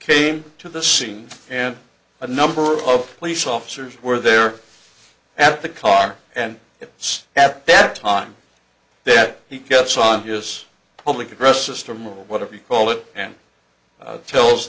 came to the scene and a number of police officers were there at the car and it's at that time that he gets on his public address system or whatever you call it and